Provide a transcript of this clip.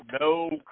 no